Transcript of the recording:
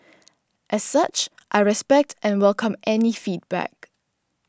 as such I respect and welcome any feedback